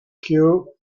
queue